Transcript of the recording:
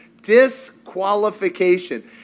Disqualification